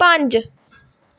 ਪੰਜ